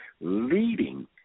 leading